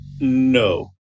no